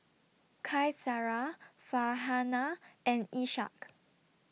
Qaisara Farhanah and Ishak